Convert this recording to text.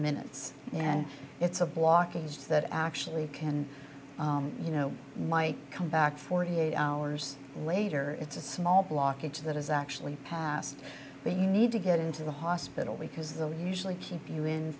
minutes and then it's a blockage that actually can you know might come back forty eight hours later it's a small blockage that has actually passed but you need to get into the hospital because the usually keep you in